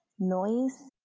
noise,